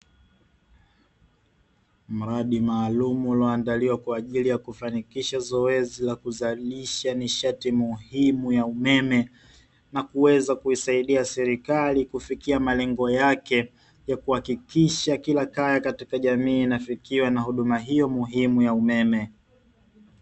Mradi maalumu ulioandaliwa kwa ajili ya kufanikisha zoezi la kuzalisha nishati muhimu ya umeme na kuweza kuisaidia serikali kufikia malengo yake ya kuhakikisha kila kaya katika jamii inafikiwa na huduma hiyo muhimu ya umeme.